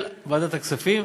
של ועדת הכספים,